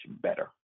better